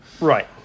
right